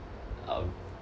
uh